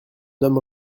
homme